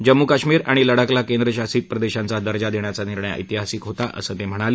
जम्मू काश्मीर आणि लडाखला केंद्रशासित प्रदेशांचा दर्जा देण्याचा निर्णय ऐतिहासिक होता असं ते म्हणाले